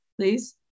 please